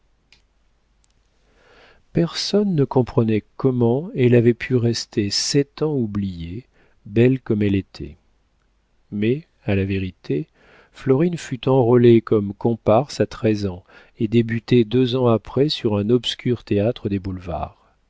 personne ne comprenait comment elle avait pu rester sept ans oubliée belle comme elle était mais à la vérité florine fut enrôlée comme comparse à treize ans et débutait deux ans après sur un obscur théâtre des boulevards